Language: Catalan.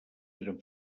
eren